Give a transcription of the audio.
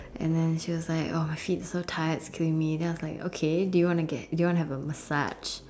and then she was like !oh-shit! so tired it's killing me so I was like okay do you want to get have a massage